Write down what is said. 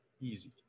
easy